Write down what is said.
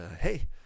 hey